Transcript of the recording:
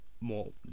more